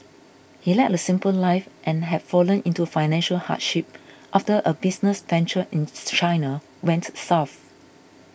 he led a simple life and have fallen into financial hardship after a business venture in China went south